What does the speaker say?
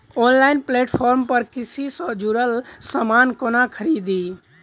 Online platform पर कृषि सँ जुड़ल समान कोना खरीदी?